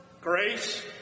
grace